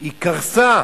היא קרסה